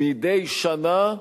מדי שנה,